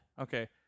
Okay